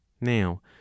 Now